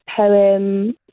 poem